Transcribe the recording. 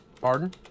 Pardon